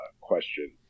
question